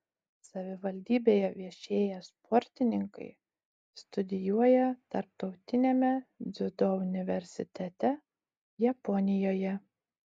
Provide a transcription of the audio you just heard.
savivaldybėje viešėję sportininkai studijuoja tarptautiniame dziudo universitete japonijoje